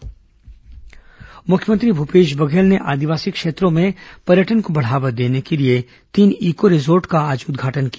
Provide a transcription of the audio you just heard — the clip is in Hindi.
ईको रिसॉर्ट उद्घाटन मुख्यमंत्री भूपेश बघेल ने आदिवासी क्षेत्रों में पर्यटन को बढ़ावा देने के लिए तीन ईको रिसॉर्ट का आज उदघाटन किया